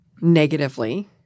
negatively